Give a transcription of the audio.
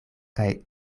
kaj